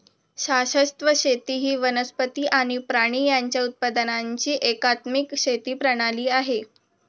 शाश्वत शेती ही वनस्पती आणि प्राणी यांच्या उत्पादनाची एकात्मिक शेती प्रणाली आहे